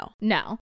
No